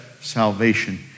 salvation